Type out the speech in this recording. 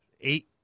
Eight